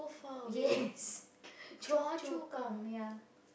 yes Choa-Chu-Kang ya